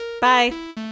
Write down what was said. Bye